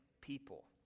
people